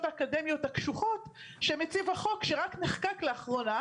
האקדמיות הקשוחות שמציב החוק שרק נחקק לאחרונה,